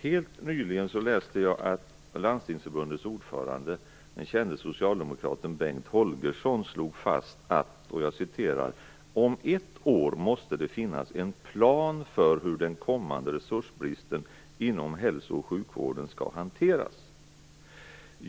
Helt nyligen läste jag att Landstingsförbundets ordförande den kände socialdemokraten Bengt Holgersson slog fast följande: Om ett år måste det finnas en plan för hur den kommande resursbristen inom hälso och sjukvården skall hanteras.